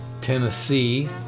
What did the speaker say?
Tennessee